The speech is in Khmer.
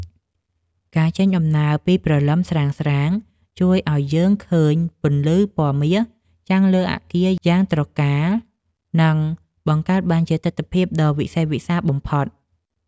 ការចេញដំណើរពីព្រលឹមស្រាងៗជួយឱ្យយើងឃើញពន្លឺពណ៌មាសចាំងលើអាគារយ៉ាងត្រកាល និង បង្កើតបានជាទិដ្ឋភាពដ៏វិសេសវិសាលបំផុត។